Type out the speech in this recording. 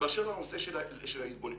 באשר לנושא של ההתבוללות: